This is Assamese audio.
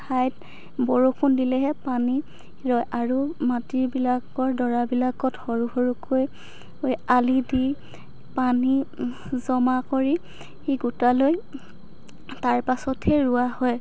ঠাইত বৰষুণ দিলেহে পানী ৰয় আৰু মাটিবিলাকৰ ডৰাবিলাকত সৰু সৰুকৈ কৈ আলি দি পানী জমা কৰি গোটালৈ তাৰ পাছতহে ৰোৱা হয়